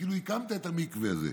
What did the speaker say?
כאילו הקמת את המקווה הזה.